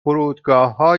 فرودگاهها